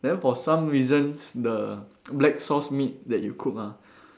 then for some reasons the black sauce meat that you cooked ah